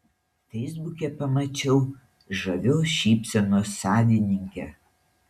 feisbuke pamačiau žavios šypsenos savininkę